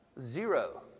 Zero